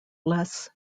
les